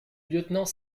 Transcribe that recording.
lieutenant